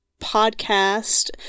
podcast